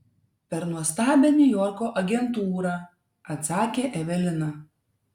per nuostabią niujorko agentūrą atsakė evelina